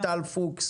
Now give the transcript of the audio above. עורכת הדין טל פוקס,